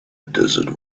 desert